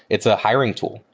it's a hiring tool.